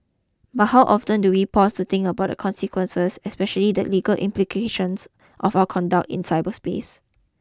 but how often do we pause to think about the consequences especially the legal implications of our conduct in cyberspace